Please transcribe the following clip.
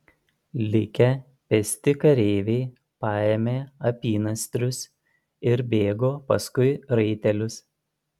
likę pėsti kareiviai paėmė apynasrius ir bėgo paskui raitelius